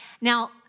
Now